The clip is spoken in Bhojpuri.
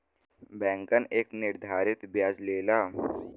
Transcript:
बैंकन एक निर्धारित बियाज लेला